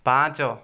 ପାଞ୍ଚ